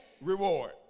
reward